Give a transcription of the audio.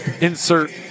insert